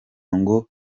ngo